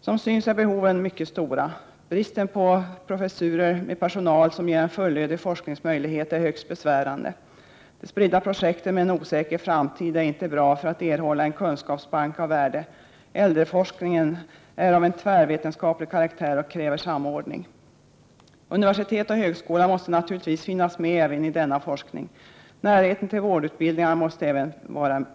Som synes är behoven mycket stora. Bristen på professurer med personal som ger en fullödig forskningsmöjlighet är högst besvärande. De spridda projekten med en osäker framtid är inte bra för att erhålla en kunskapsbank av värde. Äldreforskningen är av tvärvetenskaplig karaktär och kräver samordning. Universitet och högskola måste naturligtvis finnas med även i denna forskning. Närheten till vårdutbildningar är likaså viktig.